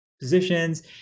positions